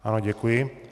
Ano, děkuji.